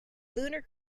lunar